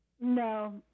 No